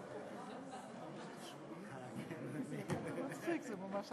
רק, גברתי